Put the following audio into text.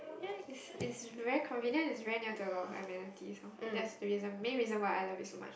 ya is is very convenient is very near to a lot of amenities hor and that is the reason main reason why I love it so much lah